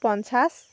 পঞ্চাছ